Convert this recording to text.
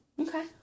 Okay